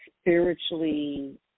spiritually